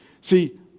See